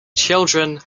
children